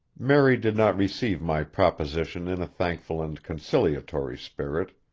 mary did not receive my proposition in a thankful and conciliatory spirit.